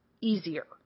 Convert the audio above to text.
easier